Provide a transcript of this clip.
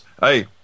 Hey